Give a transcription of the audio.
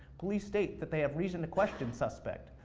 police state that they have reason to question suspect.